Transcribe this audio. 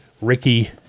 Ricky